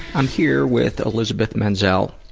i'm here with elizabeth menzel.